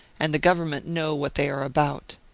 and the government know what they are about.